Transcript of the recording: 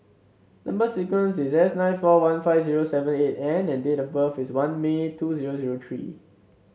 number sequence is S nine four one five zero seven eight N and date of birth is one May two zero zero three